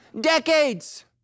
decades